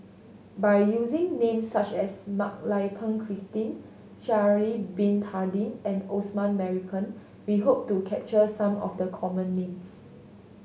by using names such as Mak Lai Peng Christine Sha'ari Bin Tadin and Osman Merican we hope to capture some of the common names